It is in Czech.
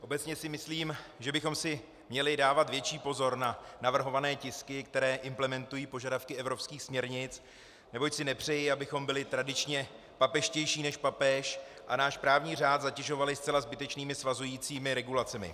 Obecně si myslím, že bychom si měli dávat větší pozor na navrhované tisky, které implementují požadavky evropských směrnic, neboť si nepřeji, abychom byli tradičně papežštější než papež a náš právní řád zatěžovali zcela zbytečnými svazujícími regulacemi.